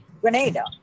Grenada